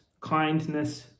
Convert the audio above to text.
kindness